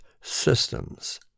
systems